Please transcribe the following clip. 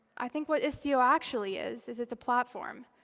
i think what istio actually is is it's a platform.